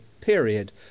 period